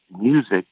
music